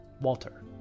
Walter